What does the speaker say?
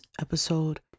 episode